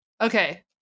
Okay